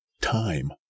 time